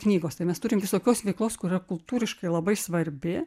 knygos tai mes turim visokios veiklos kuri yra kultūriškai labai svarbi